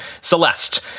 Celeste